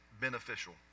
beneficial